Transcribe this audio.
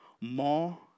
more